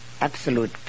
absolute